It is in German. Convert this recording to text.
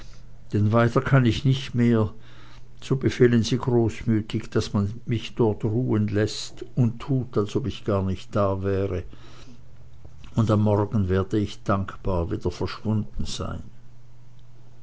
denn weiter kann ich nicht mehr so befehlen sie großmütig daß man mich dort ruhen läßt und tut als ob ich gar nicht da wäre und am morgen werde ich dankbar wieder verschwunden sein